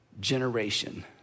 generation